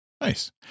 Nice